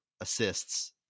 assists